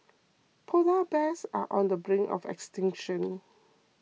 Polar Bears are on the brink of extinction